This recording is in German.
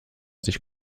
sich